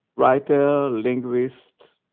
writer, linguist.